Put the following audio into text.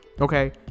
Okay